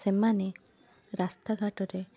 ସେମାନେ ରାସ୍ତାଘାଟରେ